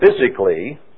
physically